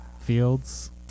Fields